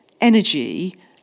energy